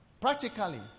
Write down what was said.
Practically